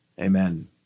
amen